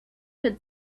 had